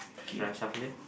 should I shuffle it